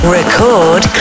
Record